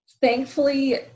thankfully